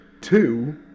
Two